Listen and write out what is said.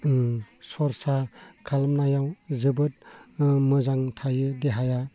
सरसा खालामनायाव जोबोद मोजां थायो देहाया